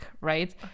right